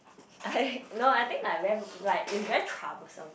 I no I think like very right it's very troublesome